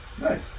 Nice